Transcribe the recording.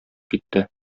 китте